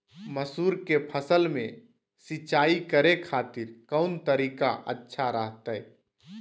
मसूर के फसल में सिंचाई करे खातिर कौन तरीका अच्छा रहतय?